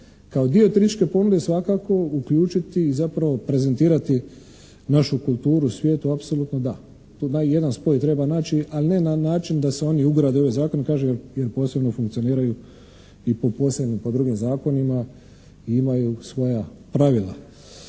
kao dio turističke ponude svakako uključiti i zapravo prezentirati našu kulturu svijetu apsolutno da. Tu taj jedan spoj treba naći ali ne na način da se oni ugrade u ove zakone jer kažem posebno funkcioniraju i po posebnim i po drugim zakonima i imaju svoja pravila.